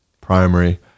primary